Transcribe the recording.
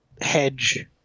hedge